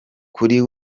kuri